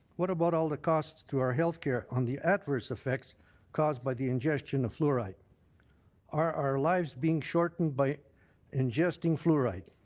what about all the costs to our health care on the adverse effects caused by the ingestion of fluoride? are our lives being shortened by ingesting fluoride?